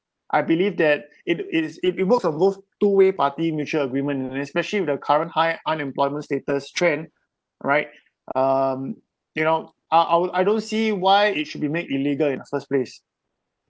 I believe that it it is it works on both two way party mutual agreement and especially with the current high unemployment status trend right um you know I I would I don't see why it should be made illegal in the first place